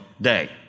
day